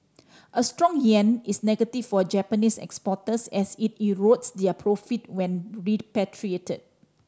a strong yen is negative for Japanese exporters as it erodes their profit when repatriated